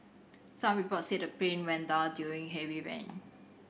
some reports said the plane went down during heavy rain